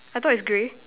I thought it's grey